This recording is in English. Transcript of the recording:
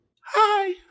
hi